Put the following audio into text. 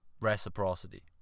reciprocity